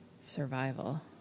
survival